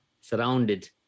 surrounded